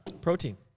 Protein